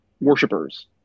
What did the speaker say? worshippers